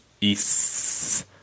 East